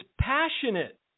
passionate